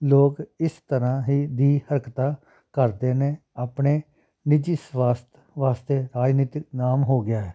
ਲੋਕ ਇਸ ਤਰ੍ਹਾਂ ਹੀ ਦੀ ਹਰਕਤਾਂ ਕਰਦੇ ਨੇ ਆਪਣੇ ਨਿੱਜੀ ਸਵਾਰਥ ਵਾਸਤੇ ਰਾਜਨੀਤਿਕ ਨਾਮ ਹੋ ਗਿਆ